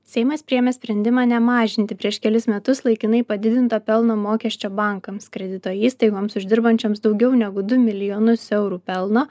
seimas priėmė sprendimą nemažinti prieš kelis metus laikinai padidinto pelno mokesčio bankams kredito įstaigoms uždirbančioms daugiau negu du milijonus eurų pelno